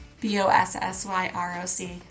B-O-S-S-Y-R-O-C